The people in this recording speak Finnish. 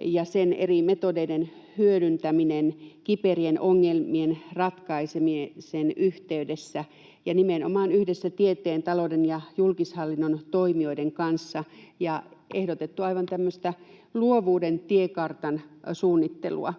ja sen eri metodien hyödyntäminen kiperien ongelmien ratkaisemisen yhteydessä ja nimenomaan yhdessä tieteen, talouden ja julkishallinnon toimijoiden kanssa. Ehdotettu on aivan tämmöistä luovuuden tiekartan suunnittelua.